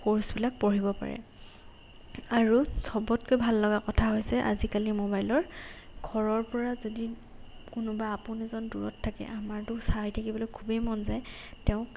ক'ৰ্ছবিলাক পঢ়িব পাৰে আৰু চবতকৈ ভাল লগা কথা হৈছে আজিকালি মোবাইলৰ ঘৰৰ পৰা যদি কোনোবা আপোন এজন দূৰত থাকে আমাৰতো চাই থাকিবলৈ খুবেই মন যায় তেওঁক